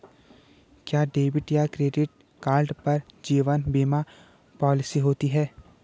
क्या डेबिट या credit card पर जीवन बीमा पॉलिसी होती है?